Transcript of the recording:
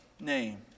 name